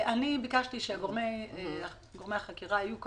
ביקשתי שגורמי החקירה יהיו כאן,